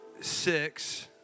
six